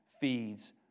feeds